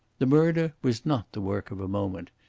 the murder was not the work of a moment.